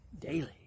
daily